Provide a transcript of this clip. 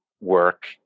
work